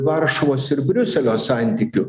varšuvos ir briuselio santykių